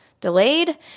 delayed